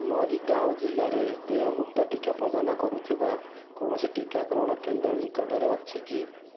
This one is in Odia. ମରିଗାଅଁ ଜିଲ୍ଲାରେ ଦେୟମୁକ୍ତ ଟିକା ପ୍ରଦାନ କରୁଥିବା କୌଣସି ଟିକାକରଣ କେନ୍ଦ୍ର ନିକଟରେ ଅଛି କି